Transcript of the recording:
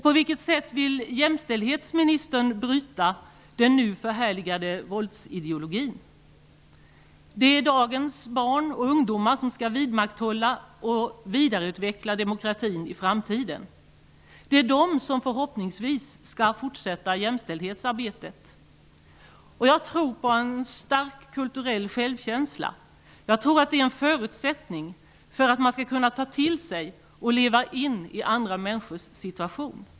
På vilket sätt vill jämställdhetsministern bryta den nu förhärligade våldsideologin? Det är dagens barn och ungdomar som skall vidmakthålla och vidareutveckla demokratin i framtiden. Det är de som förhoppningsvis skall fortsätta jämställdhetsarbetet. Jag tror på en stark kulturell självkänsla. Jag tror att det är en förutsättning för att man skall kunna ta till sig och leva sig in i andra människors situation.